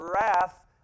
wrath